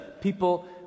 people